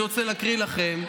אני רוצה להקריא לכם,